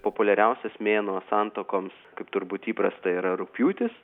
populiariausias mėnuo santuokoms kaip turbūt įprasta yra rugpjūtis